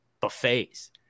buffets